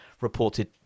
reported